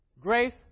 Grace